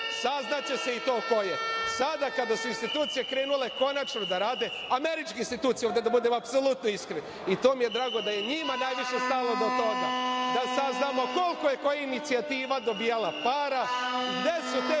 Saznaće se i to ko je. Sada kada su institucije krenule konačno da rade, američke institucije, da budem apsolutno iskren i to mi je drago da je njima najviše stalo do toga da saznamo koliko je koja inicijativa dobijala koliko para, gde su te